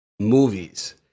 Movies